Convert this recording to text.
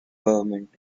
government